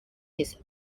his